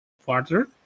farther